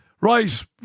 Right